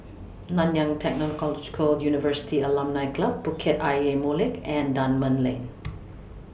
Nanyang Technological University Alumni Club Bukit Ayer Molek and Dunman Lane